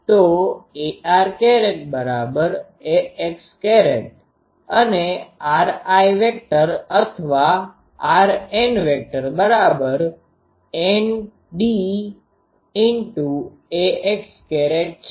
તો arax અને ri અથવા rnndax છે